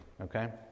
okay